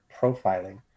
profiling